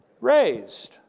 raised